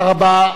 תודה רבה.